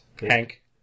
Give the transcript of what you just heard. Hank